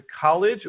college